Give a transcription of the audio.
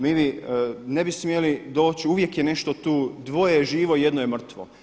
Mi ne bi smjeli doći uvijek je nešto tu, dvoje je živo, jedno je mrtvo.